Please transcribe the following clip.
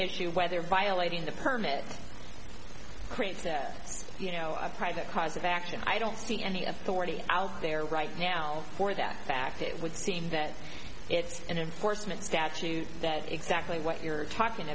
issue whether violating the permit creates to us you know a private cause of action i don't see any authority out there right now for that fact it would seem that it's an enforcement statute that exactly what you're talking